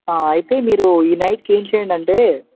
అయితే మీరు ఈ నైట్కి ఏం చేయండి అంటే